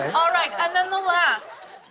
all right. and then the last.